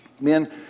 Men